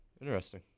Interesting